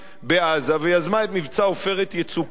בעזה ויזמה את מבצע "עופרת יצוקה",